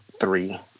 three